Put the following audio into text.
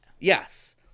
yes